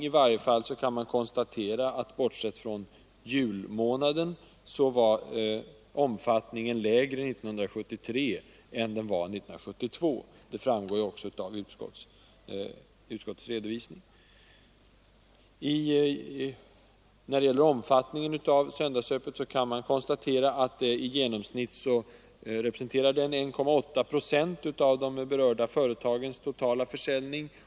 I varje fall kan man konstatera att bortsett från julmånaden var omfattningen mindre 1973 än den var 1972. Det framgår också av utskottets redovisning. Söndagshandeln representerar i genomsnitt 1,8 procent av de berörda företagens totala försäljning.